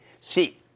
see